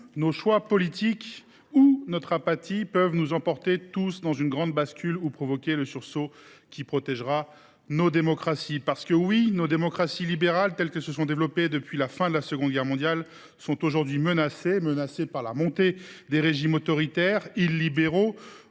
nos choix politiques ou, au contraire, notre apathie peut tous nous emporter dans une grande bascule ou provoquer le sursaut qui protégera nos démocraties. Oui, nos démocraties libérales, telles qu’elles se sont développées depuis la fin de la Seconde Guerre mondiale, sont aujourd’hui menacées par la montée des régimes autoritaires, illibéraux